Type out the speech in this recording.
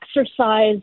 exercise